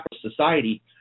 society